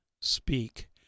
speak